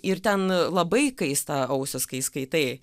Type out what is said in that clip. ir ten labai kaista ausys kai skaitai